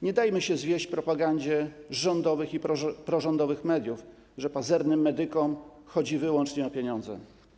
Nie dajmy się zwieść propagandzie rządowych i prorządowych mediów, że pazernym medykom chodzi wyłącznie o pieniądze.